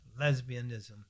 Lesbianism